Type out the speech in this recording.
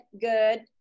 Good